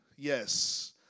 Yes